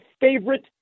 favorite